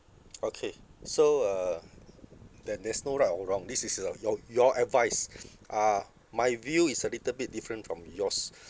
okay so uh then there's no right or wrong this is uh your your advice ah my view is a little bit different from yours